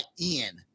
Ian